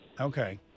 Okay